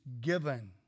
given